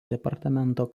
departamento